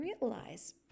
realize